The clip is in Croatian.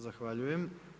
Zahvaljujem.